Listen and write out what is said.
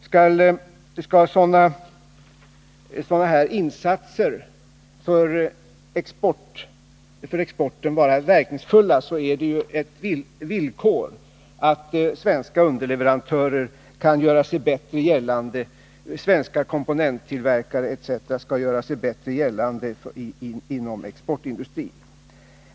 Skall sådana här insatser vara verkningsfulla, är det ett villkor att svenska underleverantörer, svenska komponenttillverkare etc. bättre kan göra sig gällande inom exportindustrin.